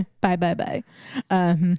Bye-bye-bye